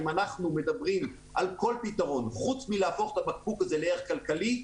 אם אנחנו מדברים על כל פתרון חוץ מלהפוך את הבקבוק הזה לערך כלכלי,